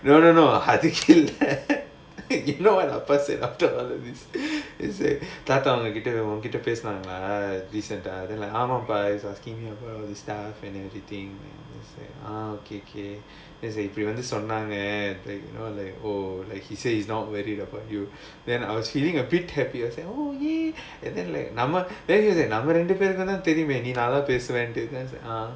no no no I think she'll care you know what ah pa say or not after all of these he say தாத்தா உன்கிட்ட பேசணும்:thatha unkita pesanum asking you this kind of stuff and everything and I just like ah okay okay just that சொன்னாங்க:sonnaanga they all like oh like he say he is not worried about you then I was feeling a bit happier I say oh !yay! and then like ah ma then he was like நம்ம ரெண்டு பேரும்தான் தெரியுமே நல்ல பேசுறோம்னு:namma rendu perumthaan theriyumae nalla pesuromnu